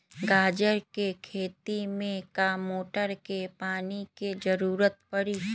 गाजर के खेती में का मोटर के पानी के ज़रूरत परी?